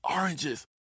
oranges